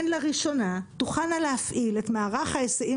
הן לראשונה תוכלנה להפעיל את מערך ההיסעים